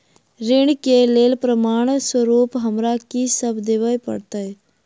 ऋण केँ लेल प्रमाण स्वरूप हमरा की सब देब पड़तय?